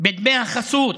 בדמי החסות,